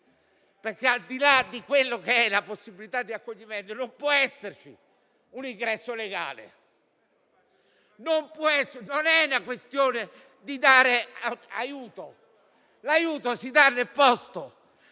perché, al di là di della reale possibilità di accoglimento, non può esserci un ingresso legale. Non è questione di dare aiuto; l'aiuto si dà sul posto,